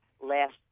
Last